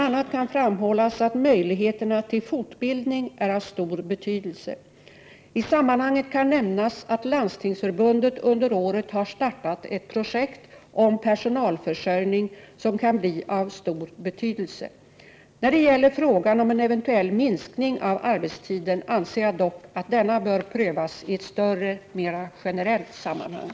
a. kan framhållas att möjligheterna till fortbildning är av stor betydelse. I sammanhanget kan nämnas att Landstingsförbundet under året har startat ett projekt om personalförsörjning som kan bli av stor betydelse. När det gäller frågan om en eventuell minskning av arbetstiden anser jag dock att denna bör prövas i ett större, mera generellt sammanhang.